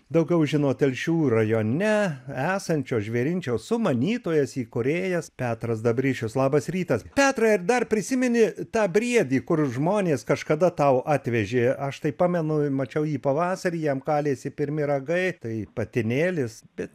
daugiau žino telšių rajone esančio žvėrinčiaus sumanytojas įkūrėjas petras dabrišius labas rytas petrai ar dar prisimeni tą briedį kur žmonės kažkada tau atvežė aš tai pamenu mačiau jį pavasarį jam kalėsi pirmi ragai tai patinėlis bet